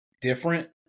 different